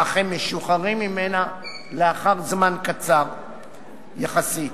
אך הם משוחררים ממנה לאחר זמן קצר יחסית,